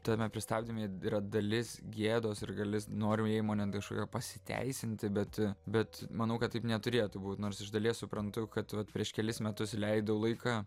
tame pristabdyme yra dalis gėdos ir dalis norėjimo net kažkokio pasiteisinti bet bet manau kad taip neturėtų būt nors iš dalies suprantu kad vat prieš kelis metus leidau laiką